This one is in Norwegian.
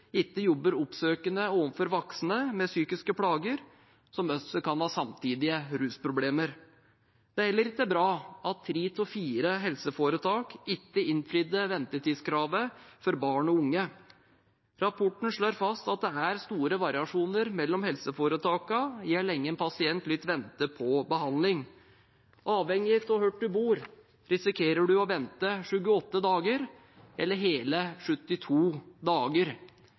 ikke jobber oppsøkende overfor voksne med psykiske plager, som også kan ha samtidige rusproblemer. Det er heller ikke bra at tre av fire helseforetak ikke innfridde ventetidskravet for barn og unge. Rapporten slår fast at det er store variasjoner mellom helseforetakene i hvor lenge en pasient må vente på behandling. Avhengig av hvor du bor, risikerer du å vente 28 dager eller hele 72 dager.